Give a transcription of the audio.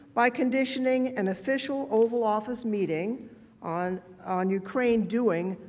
by conditioning an official oval office meeting on on ukraine doing,